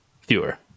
Fewer